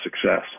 success